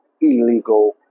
Illegal